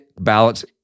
ballots